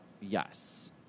Yes